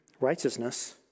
righteousness